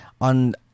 on